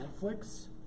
Netflix